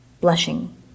Blushing